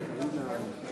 זה סיבוב שני, החוק הראשון.